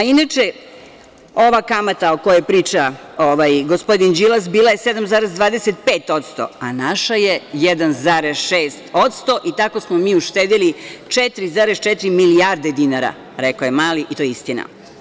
Inače, ova kamata o kojoj priča gospodin Đilas je bila 7,25%, a naša je 1,6% i tako smo mi uštedeli 4,4 milijarde dinara, rekao je Mali i to je istina.